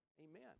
Amen